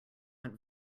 went